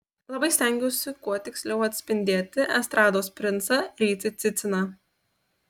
labai stengiausi kuo tiksliau atspindėti estrados princą rytį ciciną